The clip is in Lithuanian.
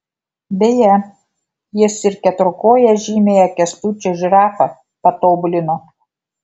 beje jis ir keturkoję žymiąją kęstučio žirafą patobulino